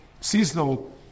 seasonal